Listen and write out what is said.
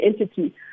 entity